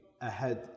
ahead